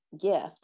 gift